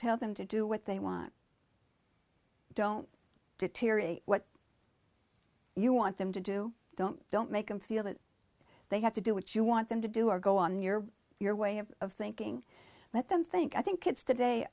tell them to do what they want don't deteriorate what you want them to do don't don't make them feel that they have to do what you want them to do or go on your your way of thinking let them think i think kids today